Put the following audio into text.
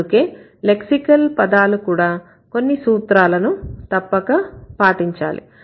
అందుకే లెక్సికల్ పదాలు కూడా కొన్ని సూత్రాలను తప్పక పాటించాలి